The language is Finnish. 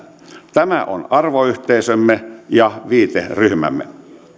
tämä on arvoyhteisömme ja viiteryhmämme